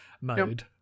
mode